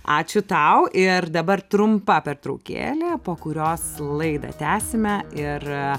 ačiū tau ir dabar trumpa pertraukėlė po kurios laidą tęsime ir